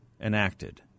enacted